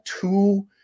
two